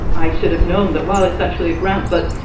i should have known that. well, it's actually a grant. but,